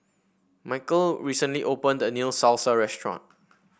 Mykel recently opened a new Salsa restaurant